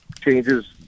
changes